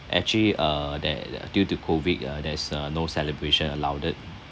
actually uh that due to COVID uh there's uh no celebration allowed